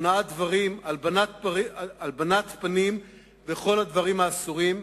אונאת דברים, הלבנת פנים, וכל דברים אסורים.